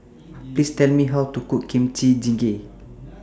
Please Tell Me How to Cook Kimchi Jjigae